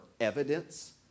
evidence